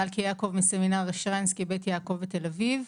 אני מלכי יעקב מסמינר שרנסקי בית יעקב בתל אביב,